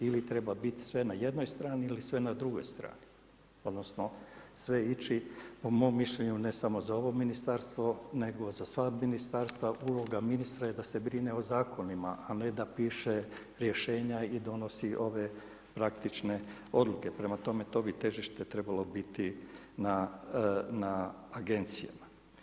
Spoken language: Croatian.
Ili treba biti sve na jednoj strani ili sve na drugoj strani odnosno sve ići po mom mišljenju ne samo za ovo ministarstvo nego za sva ministarstva, uloga ministra je da se brine o zakonima a ne da piše rješenja i donosi ove praktične odluke, prema tome, to bi težište trebalo biti na agencijama.